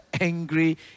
angry